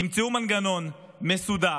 תמצאו מנגנון מסודר,